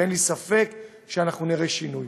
ואין לי ספק שאנחנו נראה שינוי.